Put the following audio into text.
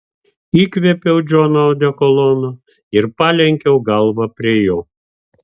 įkvėpiau džono odekolono ir palenkiau galvą prie jo